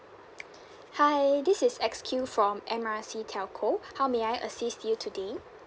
hi this is X Q from M R C telco how may I assist you today